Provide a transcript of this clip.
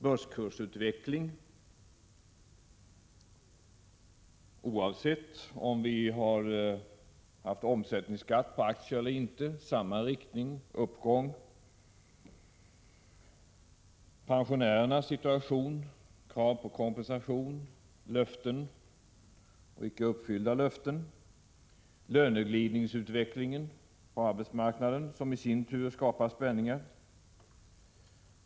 Börskursutvecklingen har, oavsett om vi har haft omsättningsskatt på aktier eller inte, gått i en och samma riktning, dvs. uppåt. När det gäller pensionärernas situation har det framförts krav på kompensation, och regeringen har givit icke uppfyllda löften. Beträffande löneglidningen kan vi konstatera att denna fortsatt och i sin tur skapat spänningar.